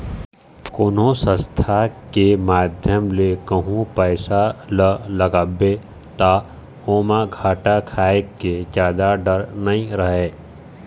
कोनो संस्था के माध्यम ले कहूँ पइसा ल लगाबे ता ओमा घाटा खाय के जादा डर नइ रहय